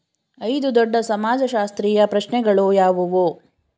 ಐದು ದೊಡ್ಡ ಸಮಾಜಶಾಸ್ತ್ರೀಯ ಪ್ರಶ್ನೆಗಳು ಯಾವುವು?